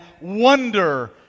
wonder